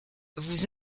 vous